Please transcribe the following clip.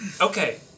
Okay